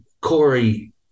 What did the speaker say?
Corey